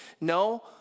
No